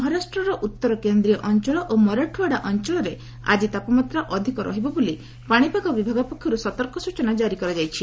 ମହାରାଷ୍ଟ୍ରର ଉତ୍ତର କେନ୍ଦ୍ରୀୟ ଅଞ୍ଚଳ ଓ ମରାଠୱାଡ଼ା ଅଞ୍ଚଳରେ ଆଜି ତାପମାତ୍ରା ଅଧିକ ରହିବ ବୋଲି ପାଣିପାଗ ବିଭାଗ ପକ୍ଷର୍ ସତର୍କ ସ୍ୱଚନା ଜାରି କରାଯାଇଛି